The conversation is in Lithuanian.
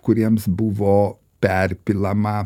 kuriems buvo perpilama